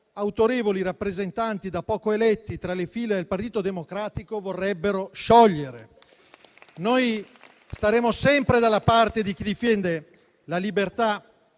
autorevoli rappresentanti da poco eletti tra le fila del Partito Democratico quella NATO vorrebbero scioglierla. Noi staremo sempre dalla parte di chi difende la libertà